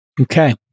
Okay